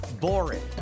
boring